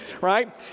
right